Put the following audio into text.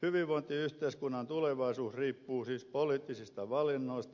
hyvinvointiyhteiskunnan tulevaisuus riippuu siis poliittisista valinnoista